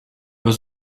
was